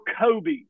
Kobe